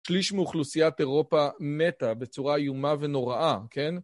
שליש מאוכלוסיית אירופה מתה בצורה איומה ונוראה, כן?